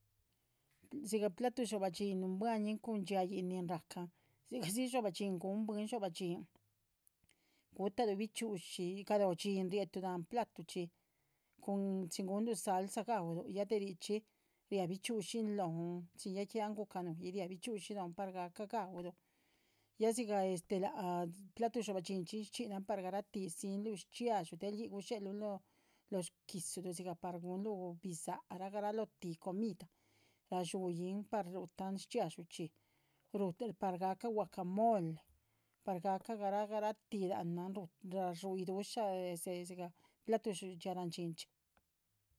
Siga platu dxobah dhxín nunnbuañinh cunh dxhíain racan sigasxhi gun buiinnh dxobah dhxín, gutalu bichxi´ushi, galo dhxín rietu lanh platucxhí, cun chxin gunlu salsa gá´uluh ya de rixchi riaa bichxi´ushi lonh ya que anh guca nuiih par gaca ga´uluh ya siga platu dxobah dhxín chi scxhinan par garati, del ih sinru shchxiadxú del ih guchxerlun losh gi´dzuru siga par gunlu bi´za, garaloti comida ra¨zuiin par rutan shchxiadxú, par gaca guacamole par gaca garati lanah ra´dxusxhan platu dxobah dhxín.